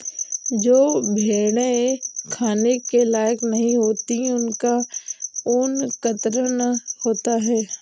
जो भेड़ें खाने के लायक नहीं होती उनका ऊन कतरन होता है